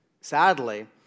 sadly